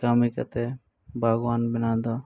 ᱠᱟᱹᱢᱤ ᱠᱟᱛᱮᱫ ᱵᱟᱜᱽᱣᱟᱱ ᱵᱮᱱᱟᱣ ᱫᱚ